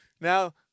Now